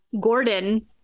Gordon